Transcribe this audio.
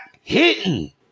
hitting